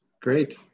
great